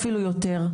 אפילו יותר.